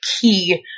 key